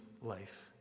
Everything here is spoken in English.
life